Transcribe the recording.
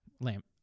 lamp